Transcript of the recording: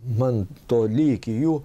man toli iki jų